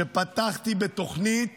שפתחתי בתוכנית